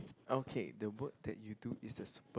okay the work that you do is the super